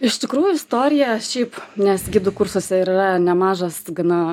iš tikrųjų istorija šiaip nes gidų kursuose ir yra nemažas gana